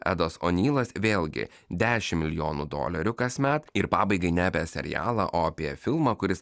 edas onylas vėlgi dešimt milijonų dolerių kasmet ir pabaigai ne apie serialą o apie filmą kuris